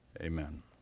Amen